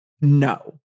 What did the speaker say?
no